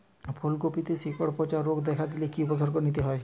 ফুলকপিতে শিকড় পচা রোগ দেখা দিলে কি কি উপসর্গ নিতে হয়?